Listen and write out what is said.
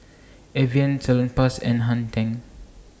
Evian Salonpas and Hang ten